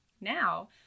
now